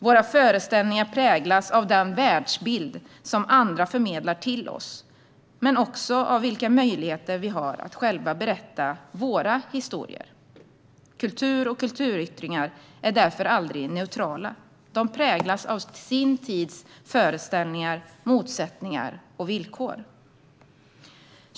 Våra föreställningar präglas av den världsbild som andra förmedlar till oss, men också av vilka möjligheter vi har att själva berätta våra historier. Kultur och kulturyttringar är därför aldrig neutrala. De präglas av sin tids föreställningar, motsättningar och villkor.